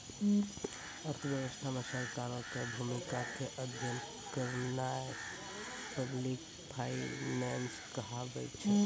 अर्थव्यवस्था मे सरकारो के भूमिका के अध्ययन करनाय पब्लिक फाइनेंस कहाबै छै